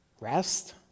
Rest